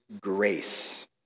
grace